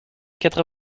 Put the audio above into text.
quatre